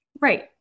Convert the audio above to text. Right